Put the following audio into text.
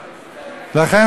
לכן,